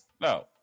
No